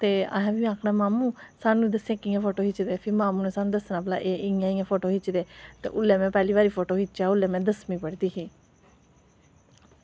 ते असें बी आक्खना मामूं कि सानूं दस्सेओ फोटू कियां खिचदे ते मामूं नै सानूं दस्सना भला कि एह् इंया इंया फोटू खिचदे ओल्लै में पैह्ली बारी फोटो खिच्चेआ हा उसलै में दसमीं पढ़दी ही